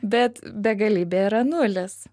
bet begalybė yra nulis